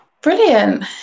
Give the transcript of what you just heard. brilliant